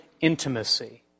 intimacy